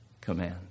command